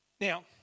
Now